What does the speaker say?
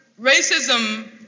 racism